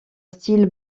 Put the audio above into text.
style